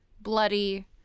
bloody